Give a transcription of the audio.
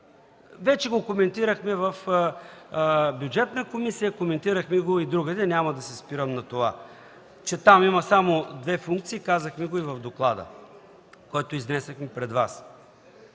Вече го коментирахме в Комисията по бюджет и финанси, коментирахме го и другаде, няма да се спирам на това. Че там има само две функции, казахме го и в доклада, който изнесохме пред Вас.